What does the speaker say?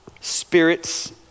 spirits